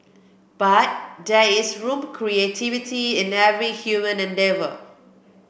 but there is room creativity in every human endeavour